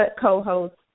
co-host